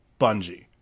Bungie